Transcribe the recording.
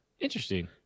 Interesting